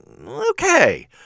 okay